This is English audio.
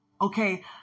Okay